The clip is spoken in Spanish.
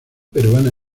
peruana